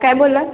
काय बोलला